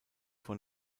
von